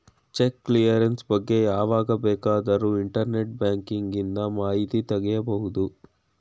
check clearance ಬಗ್ಗೆ ಯಾವಾಗ ಬೇಕಾದರೂ ಇಂಟರ್ನೆಟ್ ಬ್ಯಾಂಕಿಂದ ಮಾಹಿತಿ ತಗೋಬಹುದು